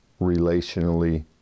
relationally